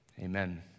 amen